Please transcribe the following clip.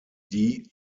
die